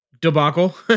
Debacle